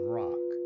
rock